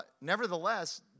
Nevertheless